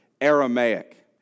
Aramaic